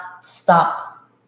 stop